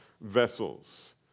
vessels